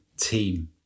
team